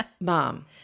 mom